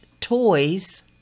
toys